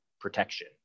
protection